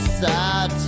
sad